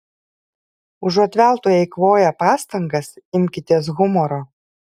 užuot veltui eikvoję pastangas imkitės humoro